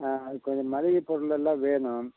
அதுக்கு கொஞ்சம் மளிகை பொருளெல்லாம் வேணும்